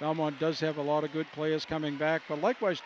i'm on does have a lot of good players coming back and likewise